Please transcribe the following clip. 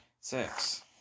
six